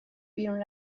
بیرون